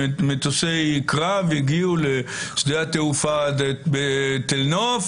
שמטוסי קרב הגיעו לשדה התעופה בתל נוף